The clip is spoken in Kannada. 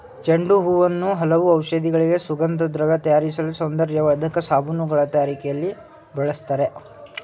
ಚೆಂಡು ಹೂವನ್ನು ಹಲವು ಔಷಧಿಗಳಿಗೆ, ಸುಗಂಧದ್ರವ್ಯ ತಯಾರಿಸಲು, ಸೌಂದರ್ಯವರ್ಧಕ ಸಾಬೂನುಗಳ ತಯಾರಿಕೆಯಲ್ಲಿಯೂ ಬಳ್ಸತ್ತರೆ